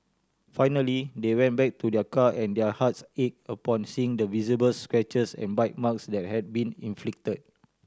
finally they went back to their car and their hearts ache upon seeing the visible scratches and bite marks that had been inflicted